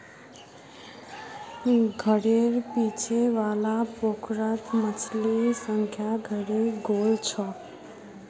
घरेर पीछू वाला पोखरत मछलिर संख्या घटे गेल छ